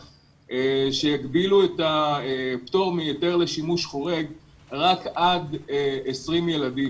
כשהגבילו את הפטור מהיתר לשימוש חורג רק עד 20 ילדים.